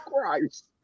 Christ